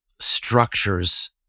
structures